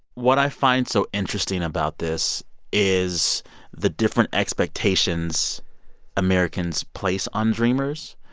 what i find so interesting about this is the different expectations americans place on dreamers.